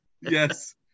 yes